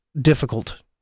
difficult